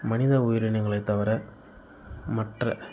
மனித உயிரினங்களைத் தவிர மற்ற